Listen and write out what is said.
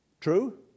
True